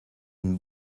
une